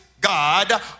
God